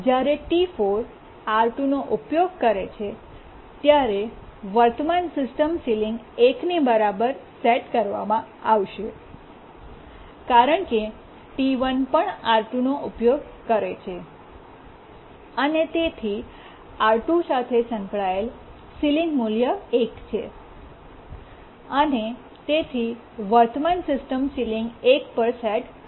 જ્યારે T4 એ R2 નો ઉપયોગ કરે છેત્યારે વર્તમાન સિસ્ટમ સીલીંગ 1 ની બરાબર સેટ કરવામાં આવશે કારણ કે T1 પણ R2 નો ઉપયોગ કરે છે અને તેથી R2 સાથે સંકળાયેલ સીલીંગ મૂલ્ય 1 છે અને તેથી વર્તમાન સિસ્ટમની સીલીંગ 1 પર સેટ કરી છે